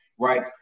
Right